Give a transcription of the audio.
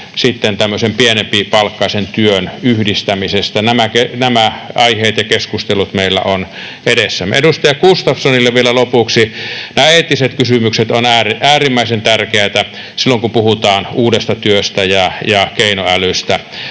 pienempipalkkaisen työn yhdistämisestä. Nämä aiheet ja keskustelut meillä on edessämme. Edustaja Gustafssonille vielä lopuksi: nämä eettiset kysymykset ovat äärimmäisen tärkeitä silloin, kun puhutaan uudesta työstä ja keinoälystä.